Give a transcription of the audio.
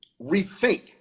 rethink